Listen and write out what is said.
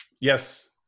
Yes